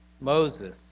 Moses